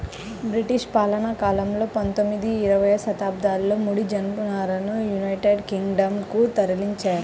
British పాలనాకాలంలో పందొమ్మిది, ఇరవై శతాబ్దాలలో ముడి జనపనారను యునైటెడ్ కింగ్ డం కు తరలించేవారు